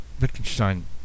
Wittgenstein